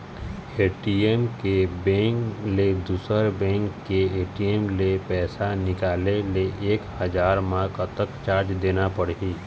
ATM के bank ले दुसर बैंक के ए.टी.एम ले पैसा निकाले ले एक हजार मा कतक चार्ज देना पड़ही?